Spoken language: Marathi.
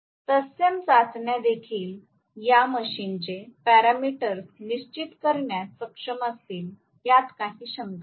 तत्सम चाचण्या देखील या मशीनचे पॅरामीटर्स निश्चित करण्यात सक्षम असतील यात काही शंका नाही